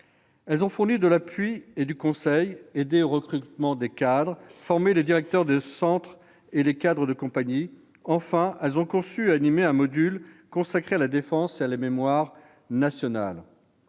elles ont fourni de l'appui et du conseil, aidé au recrutement des cadres, formé les directeurs de centres et les cadres de compagnie. Enfin, elles ont conçu et animé un module consacré à la défense et à la mémoire nationales.